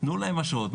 תנו להם אשרות,